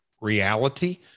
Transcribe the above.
reality